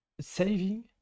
saving